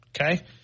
Okay